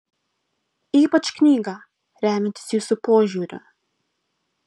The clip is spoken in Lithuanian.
ypač knygą remiantis jūsų požiūriu